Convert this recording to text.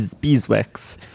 beeswax